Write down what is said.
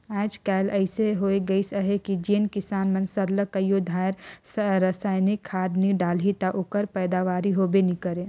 आएज काएल अइसे होए गइस अहे कि जेन किसान मन सरलग कइयो धाएर रसइनिक खाद नी डालहीं ता ओकर पएदावारी होबे नी करे